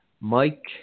Mike